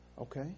Okay